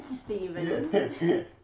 steven